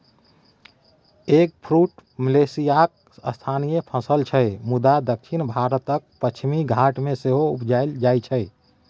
eggfruit मलेशियाक स्थानीय फसल छै मुदा दक्षिण भारतक पश्चिमी घाट मे सेहो उपजाएल जाइ छै